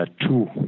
two